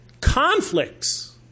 conflicts